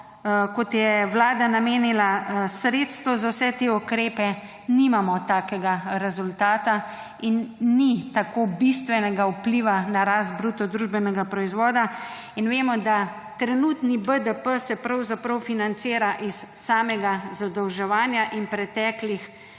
kot je Vlada namenila sredstev za vse te ukrepe, nimamo takega rezultata in ni tako bistvenega vpliva na rast BDP in vemo, da trenutni BDP se pravzaprav financira iz samega zadolževanja in preteklih